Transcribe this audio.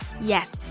Yes